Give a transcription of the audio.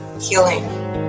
healing